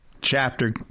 chapter